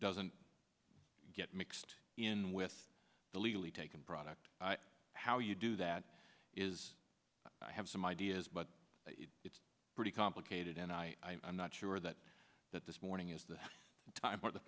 doesn't get mixed in with the legally taken product how you do that is i have some ideas but it's pretty complicated and i am not sure that that this morning is the time or the